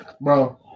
bro